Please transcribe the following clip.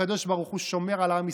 הקדוש ברוך הוא שומר על עם ישראל.